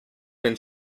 been